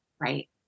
Right